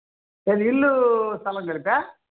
ఏంది ఇల్లు స్థలం కలిపి